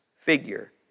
figure